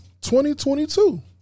2022